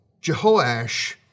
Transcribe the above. Jehoash